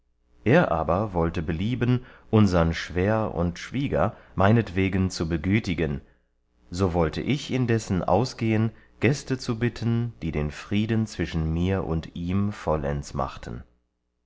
er aber wollte belieben unsern schwähr und schwieger meinetwegen zu begütigen so wollte ich indessen ausgehen gäste zu bitten die den frieden zwischen mir und ihm vollends machten